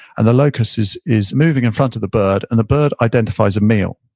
and the locust is is moving in front of the bird, and the bird identifies a male.